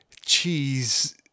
cheese